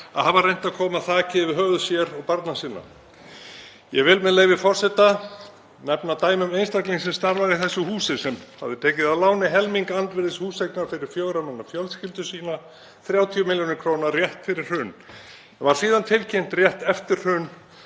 að hafa reynt að koma þaki yfir höfuð sér og barna sinna. Ég vil, með leyfi forseta, nefna dæmi um einstakling sem starfar í þessu húsi sem hafði tekið að láni helming andvirðis húseignar fyrir fjögurra manna fjölskyldu sína, 30 millj. kr., rétt fyrir hrun, var síðan tilkynnt rétt eftir hrun